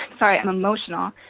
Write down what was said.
sorry i'm emotional.